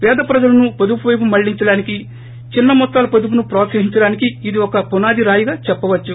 పేద ప్రజలను పొదుపు వైపు మల్లించడానికి చిన్స మొత్తాల పొదుపును ప్రోత్సహించడానికి ఇది ఒక పునాది రాయిగా చెప్పవచ్చు